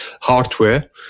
hardware